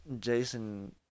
Jason